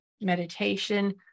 meditation